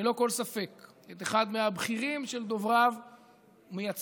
ללא כל ספק את אחד מהבכירים של דובריו ומייצגיו,